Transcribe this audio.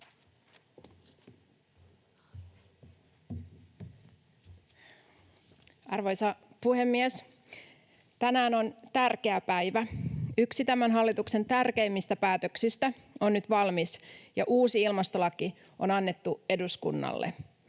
Arvoisa puhemies! Tänään on tärkeä päivä. Yksi tämän hallituksen tärkeimmistä päätöksistä on nyt valmis, ja uusi ilmastolaki on annettu eduskunnalle.